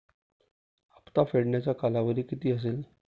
हप्ता फेडण्याचा कालावधी किती असेल?